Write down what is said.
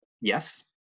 Yes